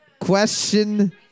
Question